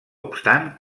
obstant